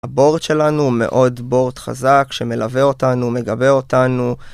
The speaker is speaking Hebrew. הבורד שלנו מאוד בורד חזק שמלווה אותנו, מגבה אותנו.